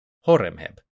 Horemheb